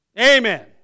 Amen